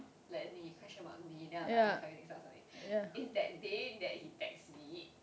like he question mark me then I'm like is that day that he text me